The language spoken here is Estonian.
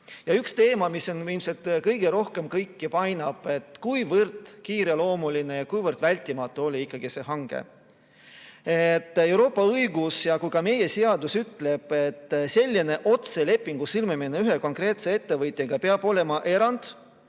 Üks teema, mis ilmselt kõige rohkem kõiki painab, on see, kuivõrd kiireloomuline ja kuivõrd vältimatu oli ikkagi see hange. Euroopa õigus ja ka meie seadus ütleb, et selline otselepingu sõlmimine ühe konkreetse ettevõtjaga peab olema erand,